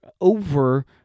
over